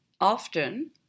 often